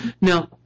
Now